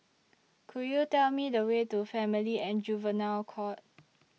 Could YOU Tell Me The Way to Family and Juvenile Court